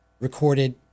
recorded